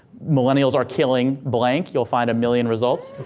millennials are killing blank, you'll find a million results.